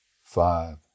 five